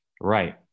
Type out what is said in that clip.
Right